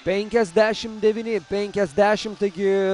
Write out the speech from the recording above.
penkiasdešimt devyni penkiasdešimt taigi